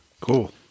Cool